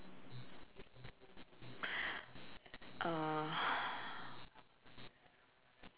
uh